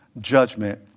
judgment